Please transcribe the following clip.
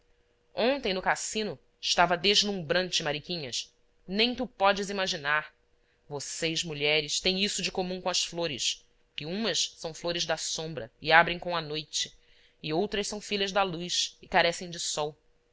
ontem no cassino estava deslumbrante mariquinhas nem tu podes imaginar vocês mulheres têm isso de comum com as flores que umas são flores da sombra e abrem com a noite e outras são filhas da luz e carecem de sol